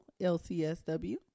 lcsw